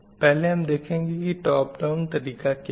पहले हम देखेंगे की टोप डाउन तरीक़ा क्या है